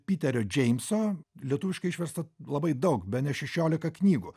piterio džeimso lietuviškai išversta labai daug bene šešiolika knygų